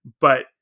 but-